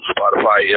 Spotify